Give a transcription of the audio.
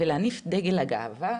ולהניף את דגל הגאווה